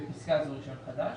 (בפסקה זו רישיון חדש),